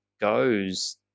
goes